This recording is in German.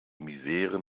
misere